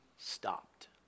stopped